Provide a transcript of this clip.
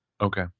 Okay